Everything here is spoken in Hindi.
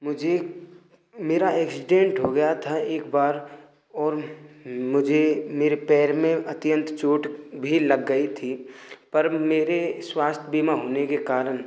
मुझे मेरा एक्सीडेंट हो गया था एक बार और मुझे मेरे पैर में अत्यंत चोट भी लग गई थी पर मेरे स्वास्थ बीमा होने के कारण